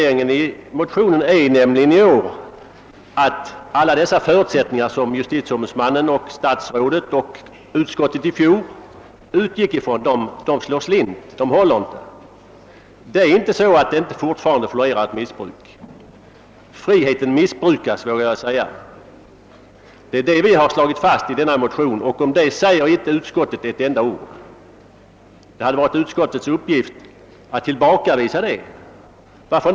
Vårt argument i årets motion är nämligen att alla de förutsättningar som JO samt statsrådet och konstitutionsutskottet i fjol utgick från inte är för handen. Det påtalade missbruket florerar alltjämt, och den frihet som det talats om missbrukas. Det är det som vi har slagit fast i vår motion. Men därom har utskottet inte skrivit ett enda ord. Det hade varit utskottets uppgift att tillbakavisa våra påståenden.